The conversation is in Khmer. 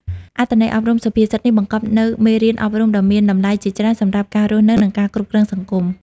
អត្ថន័យអប់រំសុភាសិតនេះបង្កប់នូវមេរៀនអប់រំដ៏មានតម្លៃជាច្រើនសម្រាប់ការរស់នៅ និងការគ្រប់គ្រងសង្គម។